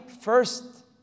first